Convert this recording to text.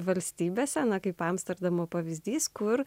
valstybėse na kaip amsterdamo pavyzdys kur